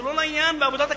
הוא לא לעניין בעבודת הכנסת.